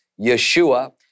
Yeshua